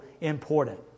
important